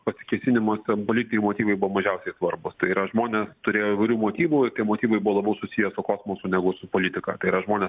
pasikėsinimuose politiniai motyvai buvo mažiausiai svarbūs tai yra žmonės turėjo įvairių motyvų tie motyvai buvo labau susiję su kosmosu negu su politika tai yra žmonės